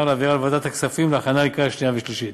ולהעבירה לוועדת הכספים להכנה לקריאה שנייה ושלישית.